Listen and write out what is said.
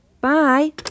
Bye